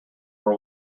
are